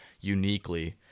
uniquely